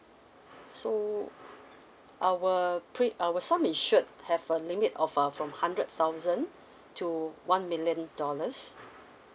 so our pre~ our sum insured have a limit of uh from hundred thousand to one million dollars